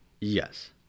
Yes